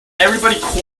everybody